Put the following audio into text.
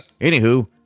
Anywho